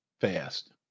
fast